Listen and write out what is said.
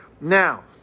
Now